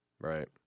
Right